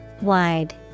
Wide